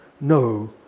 no